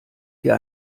hier